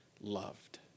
loved